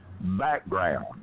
background